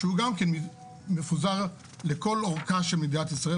שהוא גם כן מפוזר לכל אורכה ורוחבה של מדינת ישראל,